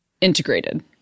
integrated